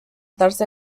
darse